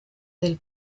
del